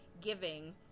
giving